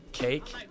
Cake